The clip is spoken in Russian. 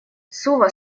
сува